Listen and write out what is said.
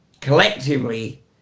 Collectively